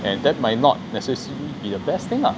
and that might not necessary you the best thing lah